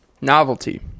Novelty